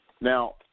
Now